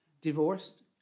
divorced